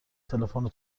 تلفن